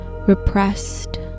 repressed